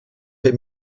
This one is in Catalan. fer